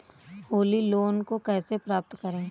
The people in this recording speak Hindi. होली लोन को कैसे प्राप्त करें?